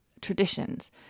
traditions